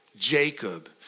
Jacob